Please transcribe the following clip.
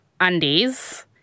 undies